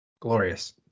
Glorious